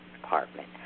Department